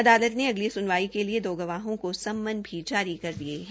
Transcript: अदालत ने अगल सुनवाई के लिए दो गवाहों को सम्मन भी कर दिये है